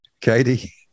Katie